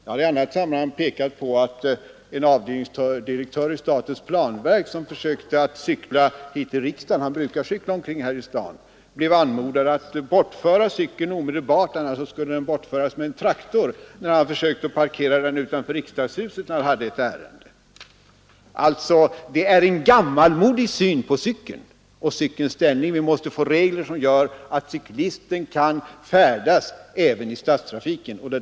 Jag har i annat sammanhang nämnt en avdelningsdirektör i statens planverk, som försökte cykla till riksdagshuset men som omedelbart efter parkeringen anmodades bortföra cykeln, vilken annars skulle bortföras med hjälp av en traktor. Här framkommer en gammalmodig syn på cykeln och dess ställning. Vi måste få regler som gör att cyklisten kan färdas även i stadstrafiken.